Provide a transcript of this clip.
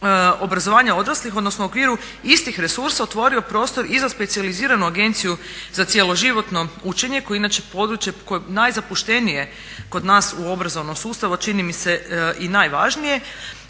obrazovanja odraslih, odnosno u okviru istih resursa otvorio prostor i za specijaliziranu agenciju za cjeloživotno učenje, koje je inače područje koje je najzapuštenije kod nas u obrazovnom sustavu a čini mi se i najvažnije,